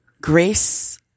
grace